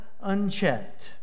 unchecked